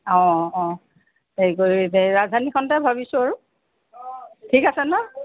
অ' অ' হেৰি কৰি ৰাজধানীখনতে ভাবিছোঁ আৰু ঠিক আছে ন